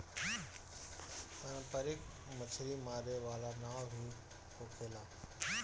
पारंपरिक मछरी मारे वाला नाव भी होखेला